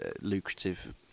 lucrative